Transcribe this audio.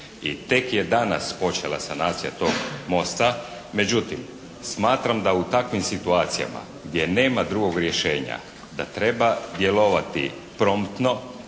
I tek je danas počela sanacija tog mosta. Međutim, smatram da u takvim situacijama gdje nema drugog rješenja da treba djelovati promptno